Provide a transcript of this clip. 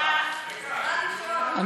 רגע, אבל יש לך פה מציעים, סליחה.